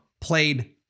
played